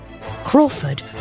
Crawford